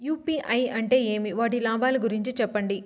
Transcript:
UPI అంటే ఏమి? వాటి లాభాల గురించి సెప్పండి?